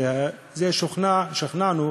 ושוכנענו,